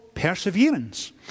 perseverance